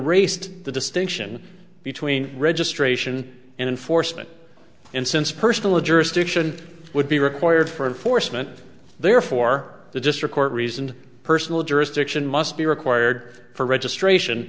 distinction between registration and enforcement and since personal jurisdiction would be required for foresman therefore the district court reasoned personal jurisdiction must be required for registration